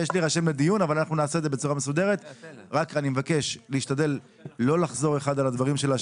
אני מבקש להשתדל לא לחזור על הדברים,